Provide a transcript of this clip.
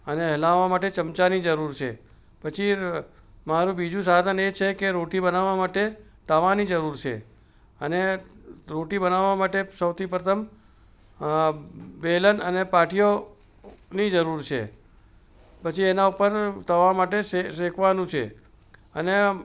અને હલાવવા માટે ચમચાની જરૂર છે પછી મારું બીજુ સાધન એ છે કે રોટી બનાવવા માટે તવાની જરૂર છે અને રોટી બનાવવા માટે સૌથી પ્રથમ વેલણ અને પાટીયાની જરૂર છે પછી એના ઉપર તવા માટે શેકવાનું છે અને